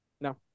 No